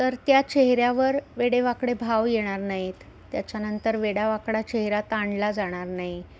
तर त्या चेहऱ्यावर वेडेवाकडे भाव येणार नाहीत त्याच्यानंतर वेडावाकडा चेहरा ताणला जाणार नाही